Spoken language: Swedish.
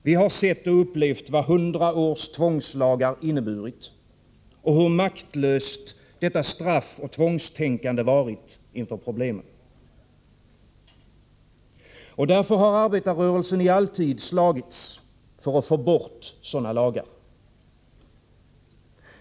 Vi har sett och upplevt vad hundra års tvångslagar inneburit och hur maktlöst detta straffoch tvångstänkande varit inför problemen. Därför har arbetarrörelsen i all tid slagits för att få bort sådana lagar.